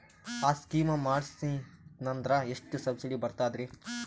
ಆ ಸ್ಕೀಮ ಮಾಡ್ಸೀದ್ನಂದರ ಎಷ್ಟ ಸಬ್ಸಿಡಿ ಬರ್ತಾದ್ರೀ?